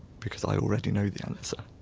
because i already know the answer.